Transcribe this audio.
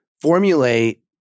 formulate